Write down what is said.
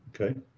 okay